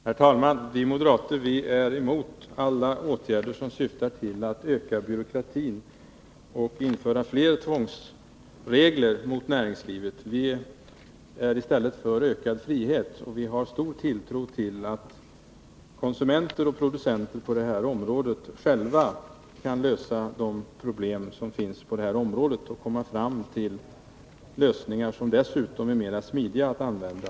Herr talman! Vi moderater är emot alla åtgärder som syftar till att öka byråkratin och att införa fler tvångsregler mot näringslivet. Vi är i stället för ökad frihet. Vi har stor tilltro till att konsumenter och producenter själva kan lösa de problem som finns på det här området och att de kan finna lösningar som är smidigare att använda.